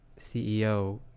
ceo